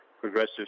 progressive